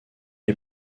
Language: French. est